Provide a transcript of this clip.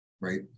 right